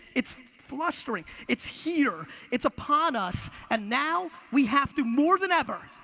it's flustering, it's here, it's upon us, and now we have to, more than ever,